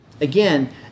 Again